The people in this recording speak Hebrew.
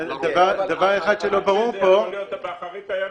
זה יכול להיות באחרית הימים.